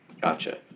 Gotcha